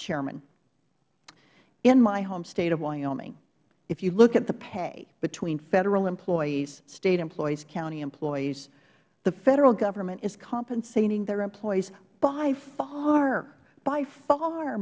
chairman in my home state of wyoming if you look at the pay between federal employees state employees county employees the federal government is compensating their employees by far by far